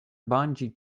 bungee